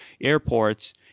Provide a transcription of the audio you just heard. airports